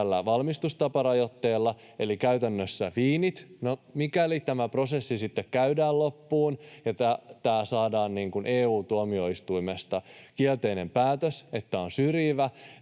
tällä valmistustaparajoitteella, eli käytännössä viinit. No, mikäli tämä prosessi sitten käydään loppuun ja tähän saadaan EU-tuomioistuimesta kielteinen päätös, että tämä on syrjivä,